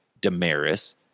Damaris